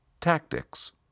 tactics